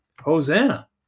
Hosanna